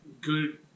good